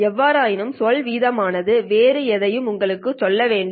எவ்வாறாயினும் சொல் வீதம் ஆனது வேறு எதையாவது உங்களுக்குச் சொல்ல வேண்டும்